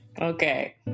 Okay